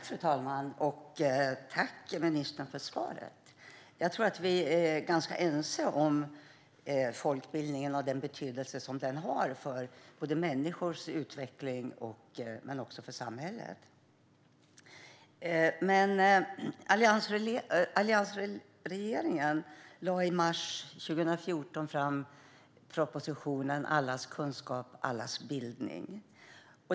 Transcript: Fru talman! Jag tackar ministern för svaret. Jag tror att vi är ganska ense om folkbildningen och den betydelse den har inte bara för människors utveckling utan även för samhällets. Alliansregeringen lade i mars 2014 fram propositionen Allas kunskap - allas bildning .